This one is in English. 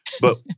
But-